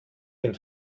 den